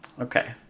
okay